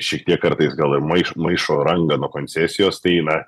šiek tiek kartais gal ir maiš maišo rangą nuo koncesijos tai na